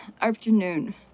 afternoon